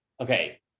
okay